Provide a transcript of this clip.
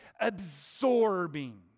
absorbing